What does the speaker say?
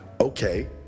okay